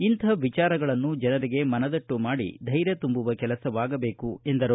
ಇಂಥ ವಿಚಾರಗಳನ್ನು ಜನರಿಗೆ ಮನದಟ್ಟು ಮಾಡಿ ಧೈರ್ಯ ತುಂಬುವ ಕೆಲಸವಾಗಬೇಕು ಎಂದರು